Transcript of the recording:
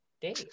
day